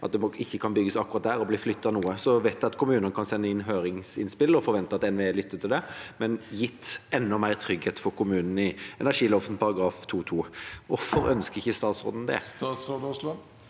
at det ikke kan bygges akkurat der, og det blir flyttet noe. Jeg vet at kommunene kan sende inn høringsinnspill og forvente at en vil lytte til det. Men en kunne gitt enda mer trygghet for kommunene i energiloven § 2-2. Hvorfor ønsker ikke statsråden det? Statsråd Terje